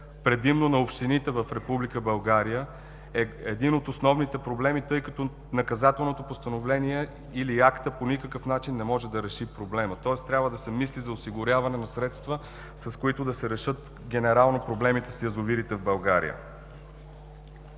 предимно на общините в Република България, е един от основните проблеми, тъй като наказателното постановление или актът по никакъв начин не може да реши проблема, тоест трябва да се мисли за осигуряване на средства, с които да се решат генерално проблемите с язовирите в България.